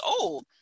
old